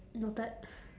noted